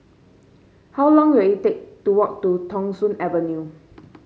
how long will it take to walk to Thong Soon Avenue